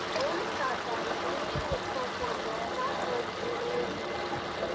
i wanna start by illuminating a strong point that i have not heard through many of these meetings.